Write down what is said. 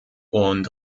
und